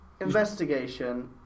Investigation